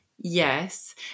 Yes